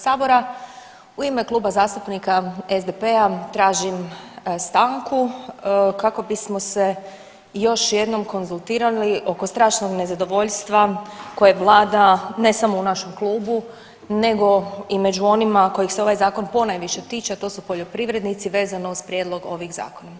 U ime Kluba zastupnika SDP-a tražim stanku kako bismo se još jednom konzultirali oko strašnog nezadovoljstva koje vlada ne samo u našem klubu nego i među onima kojih se ovaj zakon ponajviše tiče, a to su poljoprivrednici vezano uz prijedlog ovih zakona.